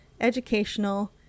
educational